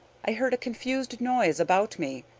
i heard a confused noise about me,